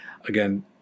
Again